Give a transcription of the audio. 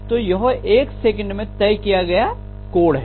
तो यह एक सेकंड में तय किया गया कोण है